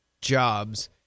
jobs